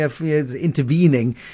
intervening